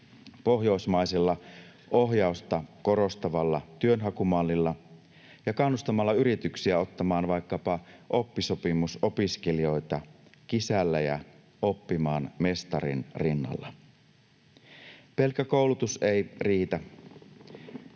pohjoismaisella ohjausta korostavalla työnhakumallilla ja kannustamalla yrityksiä ottamaan vaikkapa oppisopimusopiskelijoita, kisällejä, oppimaan mestarin rinnalla. Pelkkä koulutus ei riitä.